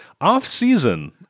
Off-season